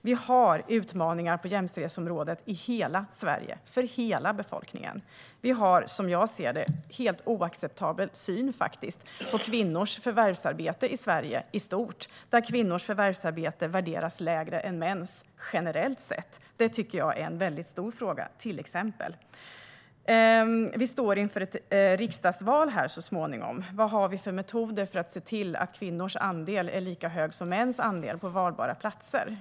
Vi har utmaningar på jämställdhetsområdet i hela Sverige för hela befolkningen. Som jag ser det har vi en helt oacceptabel syn på kvinnors förvärvsarbete i Sverige i stort, där kvinnors förvärvsarbete generellt sett värderas lägre än mäns. Det tycker jag är en mycket stor fråga, till exempel. Vi står inför ett riksdagsval så småningom. Vad har vi för metoder för att se till att kvinnors andel är lika stor som mäns andel på valbara platser?